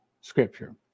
scripture